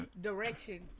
Direction